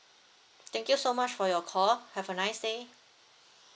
thank you so much for your call have a nice day